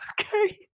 Okay